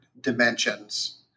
dimensions